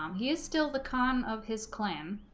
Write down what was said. um he is still the calm of his clan